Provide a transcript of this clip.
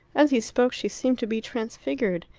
as he spoke she seemed to be transfigured,